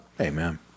Amen